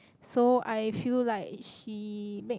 so I feel like she make